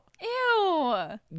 Ew